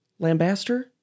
Lambaster